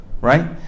Right